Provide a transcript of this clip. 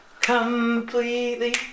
completely